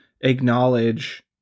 acknowledge